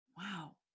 wow